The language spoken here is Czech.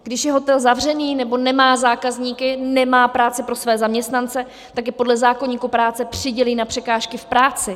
Když je hotel zavřený nebo nemá zákazníky, nemá práci pro své zaměstnance, tak je podle zákoníku práce přidělí na překážky v práci.